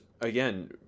again